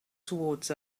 towards